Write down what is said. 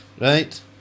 Right